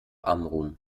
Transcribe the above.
amrum